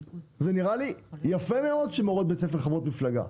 נראה לי יפה מאוד שמורות בבית ספר הן חברות מפלגה.